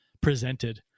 presented